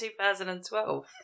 2012